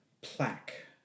plaque